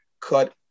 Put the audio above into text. cut